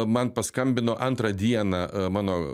man paskambino antrą dieną mano